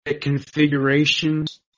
configurations